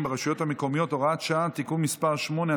ברשויות המקומיות (הוראת שעה) (תיקון מס' 8),